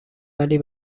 ولی